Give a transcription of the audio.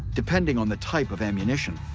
depending on the type of ammunition,